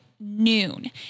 Noon